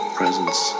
presence